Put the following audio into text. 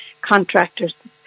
contractors